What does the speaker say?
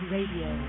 Radio